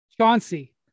Chauncey